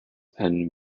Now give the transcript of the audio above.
and